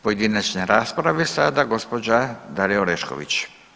Pojedinačne rasprave sada, gospođa Dalija Orešković.